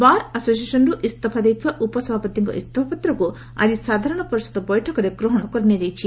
ବାର୍ ଆସୋସିଏସନ୍ରୁ ଇସ୍ତଫା ଦେଇଥିବା ଉପସଭାପତିଙ୍କ ଇସ୍ତଫାପତ୍ରକୁ ଆକି ସାଧାରଣ ପରିଷଦ ବୈଠକର ଗ୍ରହଶ କରିନିଆଯାଇଛି